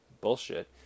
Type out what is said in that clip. bullshit